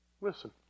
Listen